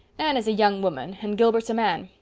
anne is a young woman and gilbert's a man,